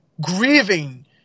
grieving